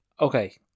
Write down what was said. Okay